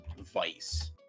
vice